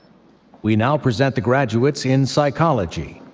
we now present the graduates in psychology.